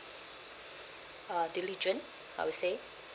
uh diligent I would say